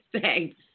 Thanks